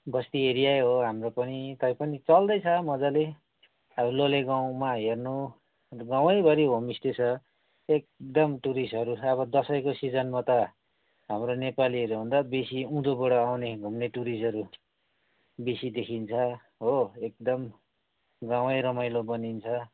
बस्ती एरियै हो हाम्रो पनि तैपनि चल्दैछ मजाले अब लोले गाउँमा हेर्नु अन्त गाउँभरि होमस्टे छ एकदम टुरिस्टहरू अब दसैँको सिजनमा त हाम्रो नेपालीहरूभन्दा बेसी उँधोबाट आउने घुम्ने टुरिस्टहरू बेसी देखिन्छ हो एकदम गाउँ नै रमाइलो बनिन्छ